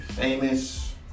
famous